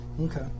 Okay